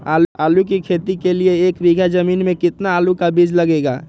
आलू की खेती के लिए एक बीघा जमीन में कितना आलू का बीज लगेगा?